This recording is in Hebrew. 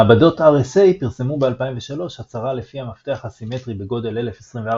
מעבדות RSA פרסמו ב-2003 הצהרה לפיה מפתח אסימטרי בגודל 1024